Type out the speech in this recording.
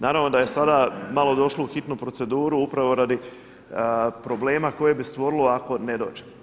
Naravno da je sada malo došlo u hitnu proceduru upravo radi problema koje bi stvorilo ako ne dođe.